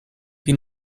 been